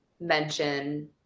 mention